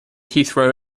heathrow